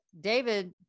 David